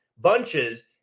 Bunches